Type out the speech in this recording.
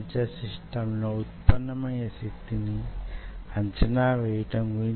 అవి myotube ల ను రూపొందిస్తాయి అంటే బాగుంటుంది